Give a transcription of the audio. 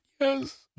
yes